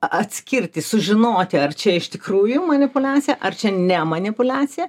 atskirti sužinoti ar čia iš tikrųjų manipuliacija ar čia ne manipuliacija